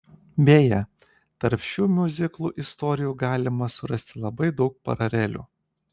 beje tarp šių miuziklų istorijų galima surasti labai daug paralelių